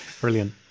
Brilliant